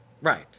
Right